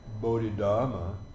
Bodhidharma